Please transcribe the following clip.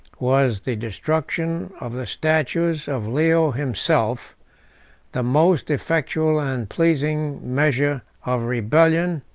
was the destruction of the statues of leo himself the most effectual and pleasing measure of rebellion,